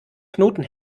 knoten